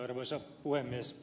arvoisa puhemies